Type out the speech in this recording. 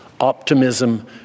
optimism